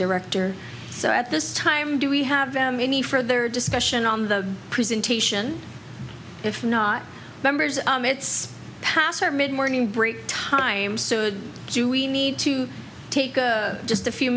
director so at this time do we have them any further discussion on the presentation if not members it's past our mid morning break time so do we need to take just a few